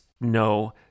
no